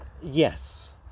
Yes